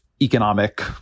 Economic